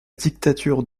dictature